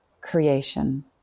creation